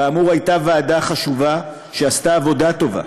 כאמור, הייתה ועדה חשובה, שעשתה עבודה טובה,